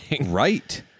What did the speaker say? Right